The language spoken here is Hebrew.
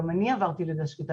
גם אני עברתי לידה שקטה.